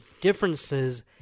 differences